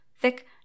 thick